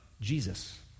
Jesus